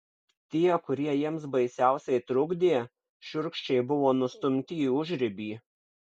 tie kurie jiems baisiausiai trukdė šiurkščiai buvo nustumti į užribį